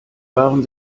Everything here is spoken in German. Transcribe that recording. waren